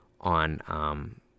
on